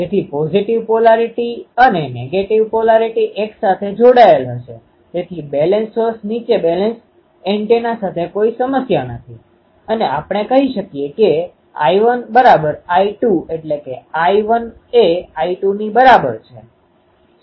તેથી positive polarity અને negative polarity એક સાથે જોડાયેલ હશે તેથી બેલેન્સ્ડ સોર્સ નીચે બેલેન્સ એન્ટેના સાથે કોઈ સમસ્યા નથી અને આપણે કહી શકીએ કે I1I2 I1 એ I2 ની બરાબર છે